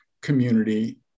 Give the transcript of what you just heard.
community